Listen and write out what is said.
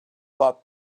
thought